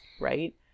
Right